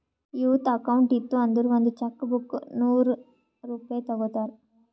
youth account ಇತ್ತು ಅಂದುರ್ ಒಂದ್ ಚೆಕ್ ಬುಕ್ಗ ನೂರ್ ರೂಪೆ ತಗೋತಾರ್